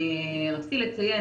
רציתי לציין,